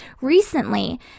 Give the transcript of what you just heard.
recently